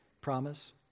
promise